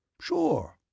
Sure